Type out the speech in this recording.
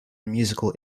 musical